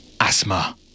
Asthma